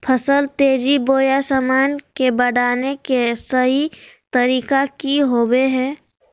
फसल तेजी बोया सामान्य से बढने के सहि तरीका कि होवय हैय?